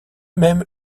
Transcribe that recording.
même